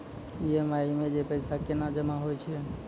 EMI मे जे पैसा केना जमा होय छै?